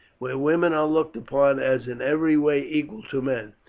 where women are looked upon as in every way equal to men.